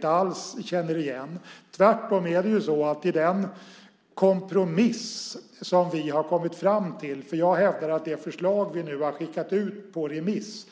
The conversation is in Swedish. Tvärtom! Den kompromiss vi har kommit fram till - jag hävdar att det förslag vi har skickat ut på remiss